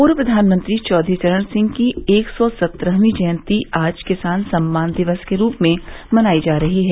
पूर्व प्रधानमंत्री चौधरी चरण सिंह की एक सौ सत्रहवीं जयंती आज किसान सम्मान दिवस के रूप में मनाई जा रही है